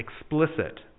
explicit